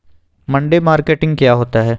मंडी मार्केटिंग क्या होता है?